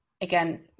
again